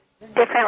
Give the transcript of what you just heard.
different